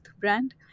brand